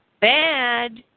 bad